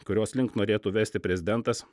kurios link norėtų vesti prezidentas